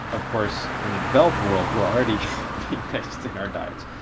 of course in the developed world we're already meat-based in our diets.